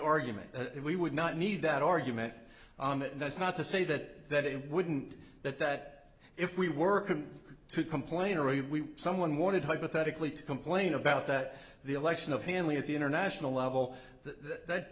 argument that we would not need that argument that that's not to say that it wouldn't that that if we were to complain or someone wanted hypothetically to complain about that the election of hanley at the international level that